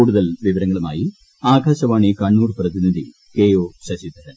കൂടുതൽ വിവരങ്ങളുമായി ആകാശവാണി കണ്ണൂർ പ്രതിനിധി കെ ഒ ശശിധരൻ